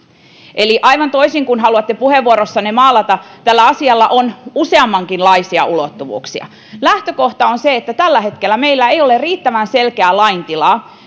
eli aivan toisin kuin haluatte puheenvuorossanne maalata tällä asialla on useammankinlaisia ulottuvuuksia lähtökohta on se että tällä hetkellä meillä ei ole riittävän selkeää laintilaa